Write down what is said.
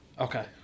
Okay